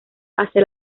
hacia